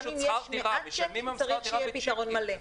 גם אם יש מעט צ'קים צריך שיהיה פתרון מלא.